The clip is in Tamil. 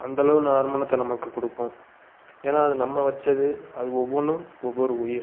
அந்த அளவு நறுமணத்தை நமக்கு கொடுக்கும் ஏன்னால் அது நம்ம வச்சது அது ஒவ்வொன்றும் ஒவ்வொரு உயிர்